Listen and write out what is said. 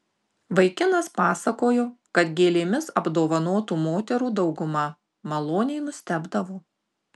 vaikinas pasakojo kad gėlėmis apdovanotų moterų dauguma maloniai nustebdavo